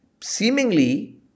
Seemingly